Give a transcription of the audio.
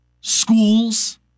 schools